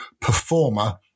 performer